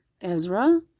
Ezra